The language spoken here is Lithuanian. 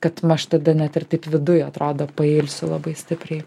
kad aš tada net ir taip viduj atrodo pailsiu labai stipriai